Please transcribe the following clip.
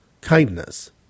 kindness